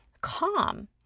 calm